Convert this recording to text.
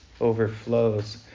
overflows